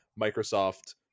Microsoft